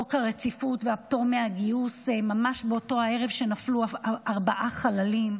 חוק הרציפות והפטור מהגיוס ממש באותו ערב שנפלו ארבעה חללים,